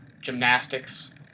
gymnastics